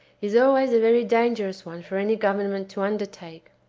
is always a very dangerous one for any government to undertake.